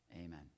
Amen